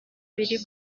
biri